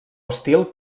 estil